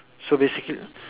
so basically